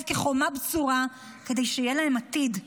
כחומה בצורה כדי שיהיה להם עתיד.